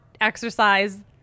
exercise